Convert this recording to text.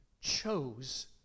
chose